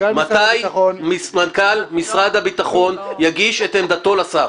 מתי מנכ"ל משרד הביטחון יגיש את עמדתו לשר.